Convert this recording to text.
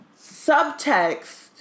subtext